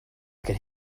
could